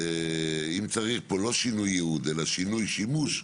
שאם צריך פה לא שינוי ייעוד אלא שינוי שימוש,